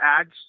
ads